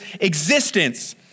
existence